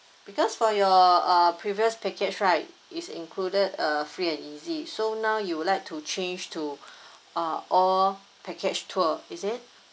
because for your uh previous package right is included a free and easy so now you would like to change to uh all package tour is it